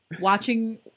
watching